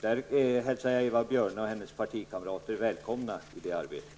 Jag hälsar Eva Björne och hennes partikamrater välkomna i det arbetet.